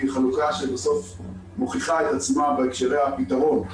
חלוקה שבסוף מוכיחה את עצמה בהקשרי הפתרון.